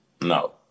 No